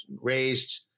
raised